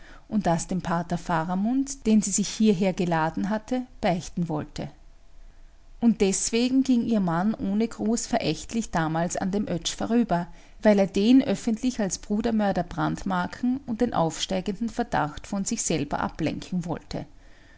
und das dem pater faramund den sie sich hierher geladen hatte beichten wollte und deswegen ging ihr mann ohne gruß verächtlich damals an dem oetsch vorüber weil er den öffentlich als brudermörder brandmarken und den aufsteigenden verdacht von sich selber ablenken wollte